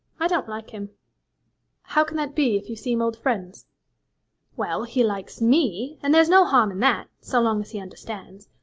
i don't like him how can that be if you seem old friends well, he likes me and there's no harm in that, so long as he understands.